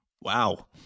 Wow